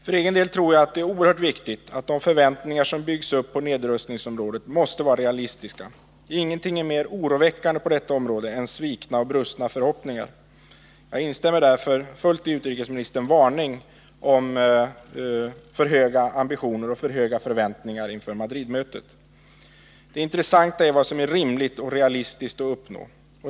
För egen del tror jag att det är oerhört viktigt att de förväntningar som byggs upp på nedrustningsområdet måste vara realistiska. Ingenting är mer oroväckande på detta område än svikna och brustna förhoppningar. Jag instämmer därför fullt ut i utrikesministerns varning för alltför höga ambitioner och alltför höga förväntningar inför Madridmötet. Det intressanta är vad som är rimligt och realistiskt att uppnå.